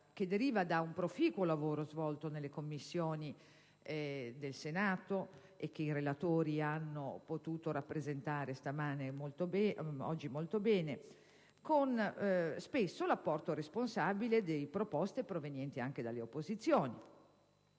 che deriva da un proficuo lavoro svolto nelle Commissioni del Senato e che i relatori hanno potuto rappresentare oggi molto bene, spesso con l'apporto responsabile di proposte provenienti anche dalle opposizioni,